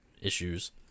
issues